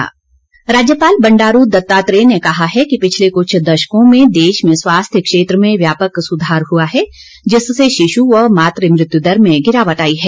राज्यपाल राज्यपाल बंडारू दत्तात्रेय ने कहा है कि पिछले कुछ दशकों में देश में स्वास्थ्य क्षेत्र में व्यापक सुधार हुआ है जिससे शिशु वं मातृ मृत्यु दर में गिरावट आई है